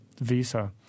visa